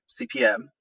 CPM